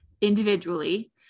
individually